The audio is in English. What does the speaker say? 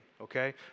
okay